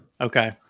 Okay